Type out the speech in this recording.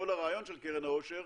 כל הרעיון של קרן העושר,